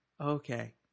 Okay